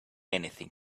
anything